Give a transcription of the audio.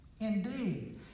Indeed